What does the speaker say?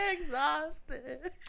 Exhausted